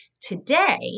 Today